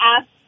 ask